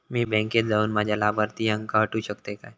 मी बँकेत जाऊन माझ्या लाभारतीयांका हटवू शकतय काय?